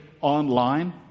online